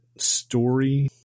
story